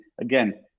Again